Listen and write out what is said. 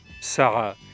Sarah